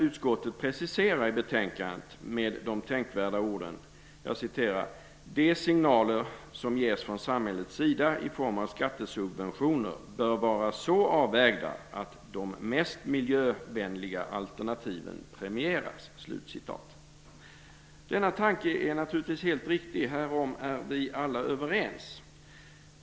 Utskottet preciserar i betänkandet med de tänkvärda orden: "De signaler som ges från samhällets sida i form av t.ex. skattesubventioner bör vara så avvägda att de mest miljövänliga alternativen premieras". Denna tanke är naturligtvis helt riktig. Härom är vi alla överens.